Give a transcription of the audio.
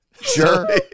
sure